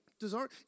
Desire